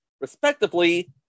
respectively